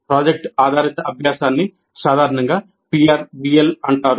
project ఆధారిత అభ్యాసాన్ని సాధారణంగా PrBL అంటారు